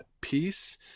peace